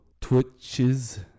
Twitches